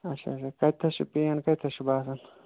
اچھا اچھا کَتِتھس چھِ پین کَتیٚتھ چھِ باسان